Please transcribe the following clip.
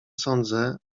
sądzę